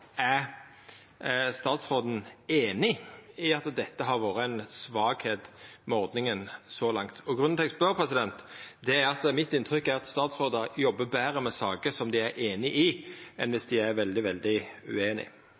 Er statsråden einig i at dette har vore ei svakheit ved ordninga så langt? Grunnen til at eg spør, er at inntrykket mitt er at statsrådar jobbar betre med saker som dei er einige i, enn viss dei er veldig